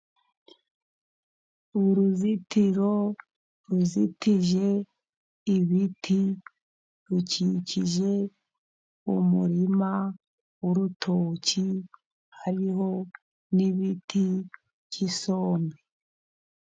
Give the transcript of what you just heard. Uruzitiro ruzitije ibiti rukikije umurima w'urutoki, hariho n'ibiti by'isombe.